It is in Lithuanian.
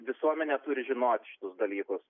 visuomenė turi žinot šitus dalykus